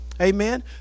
amen